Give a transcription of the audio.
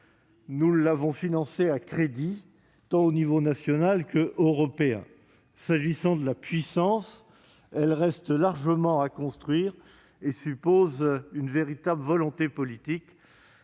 nous l'avons financée à crédit, tant au niveau national qu'au niveau européen. La puissance, elle, reste largement à construire et exige une véritable volonté politique.